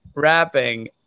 Rapping